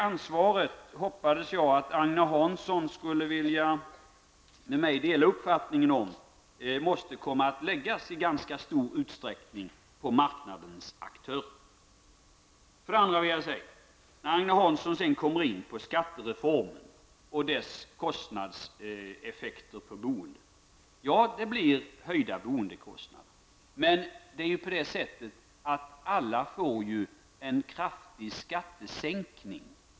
Jag hoppades att Agne Hansson skulle vilja dela uppfattningen med mig om att det ansvaret i ganska stor utsträckning måste läggas på marknadens aktörer. Agne Hansson kom sedan in på skattereformen och dess kostnadseffekter på boendet. Ja, det blir höjda boendekostnader. Men alla får en kraftig skattesänkning.